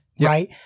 right